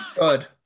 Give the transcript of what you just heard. Good